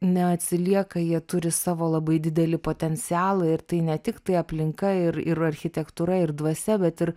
neatsilieka jie turi savo labai didelį potencialą ir tai ne tiktai aplinka ir ir architektūra ir dvasia bet ir